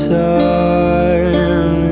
time